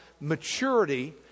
maturity